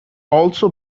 also